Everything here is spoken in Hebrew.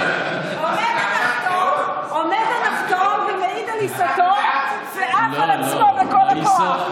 עומד הנחתום ומעיד על עיסתו ועף על עצמו בכל הכוח.